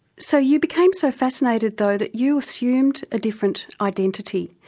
so you became so fascinated, though, that you assumed a different identity.